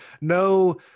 no